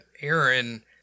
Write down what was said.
Aaron